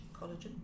collagen